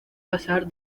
pasar